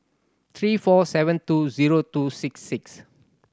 three four seven two zero two six six